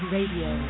Radio